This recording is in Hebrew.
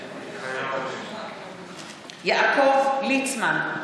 מתחייב אני יעקב ליצמן,